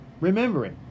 remembering